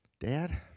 Dad